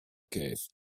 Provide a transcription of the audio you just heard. case